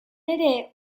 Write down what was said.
ere